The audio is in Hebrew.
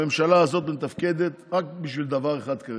הממשלה הזאת מתפקדת רק בשביל דבר אחד כרגע,